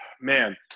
man